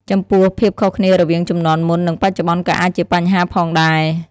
ចំពោះ ភាពខុសគ្នារវាងជំនាន់មុន និងបច្ចុប្បន្នក៏អាចជាបញ្ហាផងដែរ។